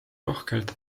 rohkelt